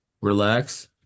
Relax